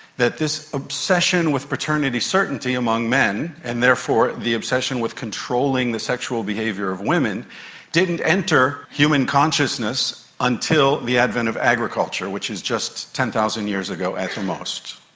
that this obsession with paternity certainty among men and therefore the obsession with controlling the sexual behaviour of women didn't enter human consciousness until the advent of agriculture, which is just ten thousand years ago at the most.